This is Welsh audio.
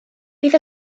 bydd